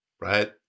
right